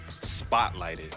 spotlighted